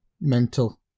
Mental